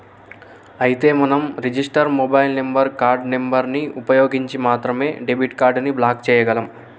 అయితే మనం register mobile number card number ని ఉపయోగించి మాత్రమే డెబిట్ కార్డు ని బ్లాక్ చేయగలం